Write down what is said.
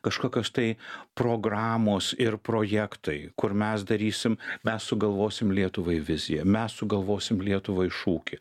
kažkokios tai programos ir projektai kur mes darysim mes sugalvosim lietuvai viziją mes sugalvosim lietuvai šūkį